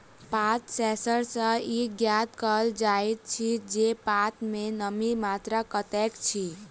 पात सेंसर सॅ ई ज्ञात कयल जाइत अछि जे पात मे नमीक मात्रा कतेक अछि